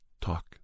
talk